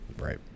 Right